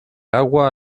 agua